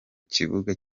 kibuga